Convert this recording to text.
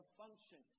function